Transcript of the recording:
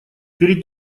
перед